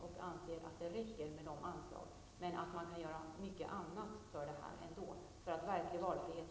Man anser att de är tillräckliga, men det finns mycket annat som man kan göra för att uppnå en verklig valfrihet.